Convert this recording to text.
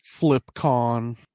FlipCon